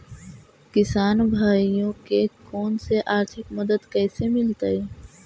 किसान भाइयोके कोन से आर्थिक मदत कैसे मीलतय?